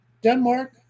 denmark